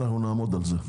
אנחנו נעמוד על זה.